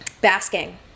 basking